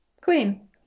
queen